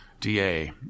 DA